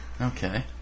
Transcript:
Okay